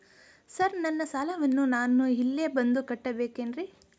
Sir ನನ್ನ ಸಾಲವನ್ನು ನಾನು ಇಲ್ಲೇ ಬಂದು ಕಟ್ಟಬೇಕೇನ್ರಿ?